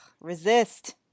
resist